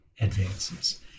advances